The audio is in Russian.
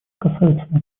касается